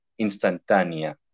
instantánea